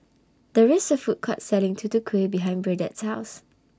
There IS A Food Court Selling Tutu Kueh behind Burdette's House